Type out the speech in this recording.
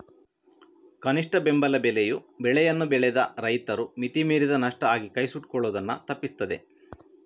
ಕನಿಷ್ಠ ಬೆಂಬಲ ಬೆಲೆಯು ಬೆಳೆಯನ್ನ ಬೆಳೆದ ರೈತರು ಮಿತಿ ಮೀರಿದ ನಷ್ಟ ಆಗಿ ಕೈ ಸುಟ್ಕೊಳ್ಳುದನ್ನ ತಪ್ಪಿಸ್ತದೆ